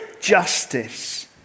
justice